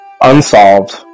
Unsolved